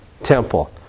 temple